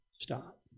stop